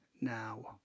now